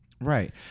Right